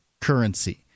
currency